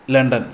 London